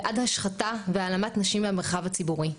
ועד השחתה והעלמת נשים מהמרחב הציבורי.